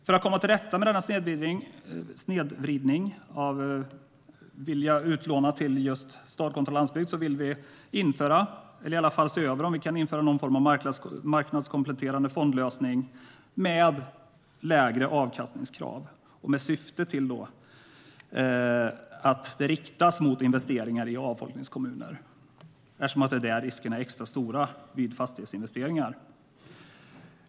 För att komma till rätta med denna snedvridning i villigheten att låna ut i stad kontra i landsbygd vill vi införa, eller i alla fall se över om vi kan införa, någon form av marknadskompletterande fondlösning med lägre avkastningskrav. Syftet ska vara att kapitalet riktas mot investeringar i avfolkningskommuner eftersom det är där riskerna är extra stora vid fastighetsinvesteringar.